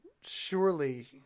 Surely